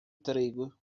trigo